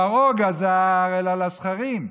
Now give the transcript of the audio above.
פרעה גזר על הזכרים,